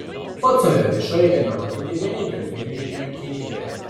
pats save viešai ėmė vadinti vieninteliu genijumi kinijoje